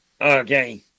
okay